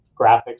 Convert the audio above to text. graphics